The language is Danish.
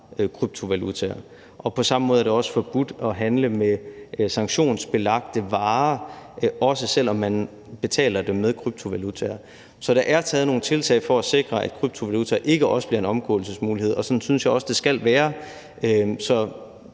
kryptovalutaer. Og på samme måde er det også forbudt at handle med sanktionsbelagte varer, også selv om man betaler dem med kryptovalutaer. Så der er taget nogle tiltag for at sikre, at kryptovaluta ikke også bliver en omgåelsesmulighed, og sådan synes jeg også det skal være.